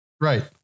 right